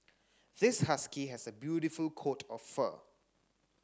this husky has a beautiful coat of fur